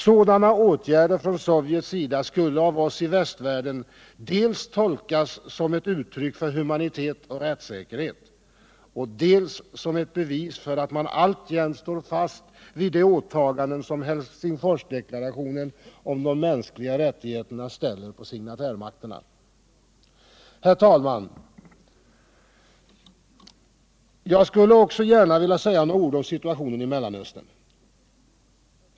Sådana åtgärder från Sovjets sida skulle av oss i västvärlden tolkas dels som ett uttryck för humanitet och rättssäkerhet, dels som ett bevis för att man alltjämt står fast vid de åtaganden som signatärmakterna förbundit sig till i Helsingforsdeklarationen om de mänskliga rättigheterna. Herr talman! Jag skulle också gärna vilja säga några ord om situationen i Mellanöstern.